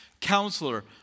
Counselor